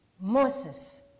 Moses